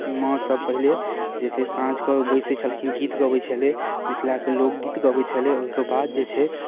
माँ सब पहिले जे छै साँझ कऽ बैसैत छलखिन गीत गबैत छलै मिथिलाक लोकगीत गबैत छलै ओहिके बाद जे छै